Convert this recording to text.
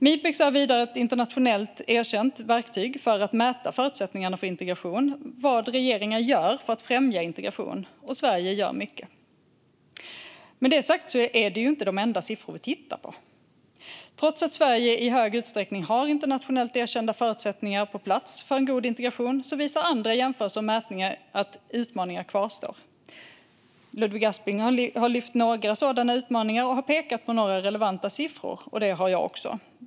Mipex är vidare ett internationellt erkänt verktyg för att mäta förutsättningarna för integration och vad regeringar gör för att främja integration. Sverige gör mycket. Med det sagt är det här inte de enda siffror vi tittar på. Trots att Sverige i hög utsträckning har internationellt erkända förutsättningar för god integration på plats visar andra jämförelser och mätningar att utmaningar kvarstår. Ludvig Aspling har lyft fram några sådana utmaningar och pekat på några relevanta siffror. Det har jag också.